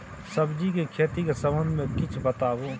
सब्जी के खेती के संबंध मे किछ बताबू?